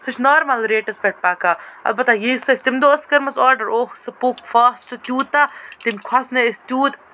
سُہ چھُ normal rates پٮ۪ٹھ پَکان مَگر اَلبتہ یِژھ اَسہِ تَمہِ دۄہ ٲسۍ کٔرمٕژ آرڈر اوٚہہ سُہ پوٚک فاسٹ توٗتاہ تٔمۍ کھوٚژنٲو أسۍ توٗت